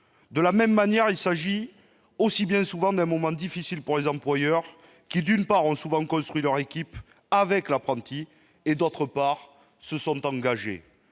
De la même manière, il s'agit aussi bien souvent d'un moment difficile pour les employeurs, qui, d'une part, ont souvent construit leur équipe avec l'apprenti et, d'autre part, se sont engagés.